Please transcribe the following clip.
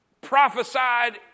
prophesied